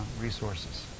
resources